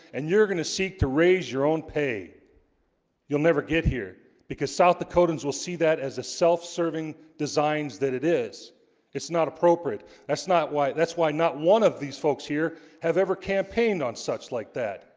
and you're gonna seek to raise your own pay you'll never get here because south dakotans will see that as a self-serving designs that it is it's not appropriate that's not why it that's why not one of these folks here have ever campaigned on such like that